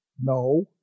No